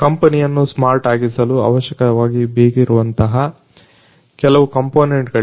ಕಂಪನಿಯನ್ನು ಸ್ಮಾರ್ಟ್ಆಗಿಸಲು ಅವಶ್ಯಕವಾಗಿ ಬೇಕಾಗಿರುವಂತಹ ಕೆಲವು ಕಂಪೋನೆಂಟ್ ಗಳಿವು